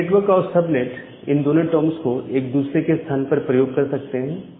हम नेटवर्क और सबनेट इन दोनों टर्म्स को एक दूसरे के स्थान पर प्रयोग कर सकते हैं